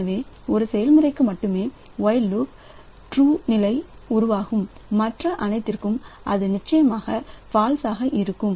எனவே ஒரு செயல்முறைக்கு மட்டுமே ஒயில்லூப் ட்ரூ நிலை உருவாகும் மற்ற அனைத்திற்கும் அது நிச்சயமாக ஃபால்ஸ் ஆக இருக்கும்